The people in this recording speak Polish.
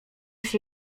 się